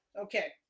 Okay